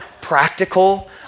practical